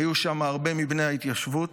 היו שם הרבה מבני ההתיישבות,